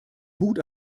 mut